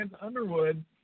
Underwood